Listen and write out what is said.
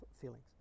feelings